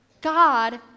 God